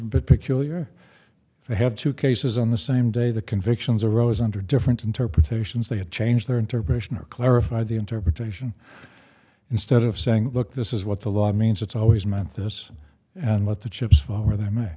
a bit peculiar to have two cases on the same day the convictions arose under different interpretations they had changed their interpretation or clarified the interpretation instead of saying look this is what the law means it's always meant this and let the chips fall where they may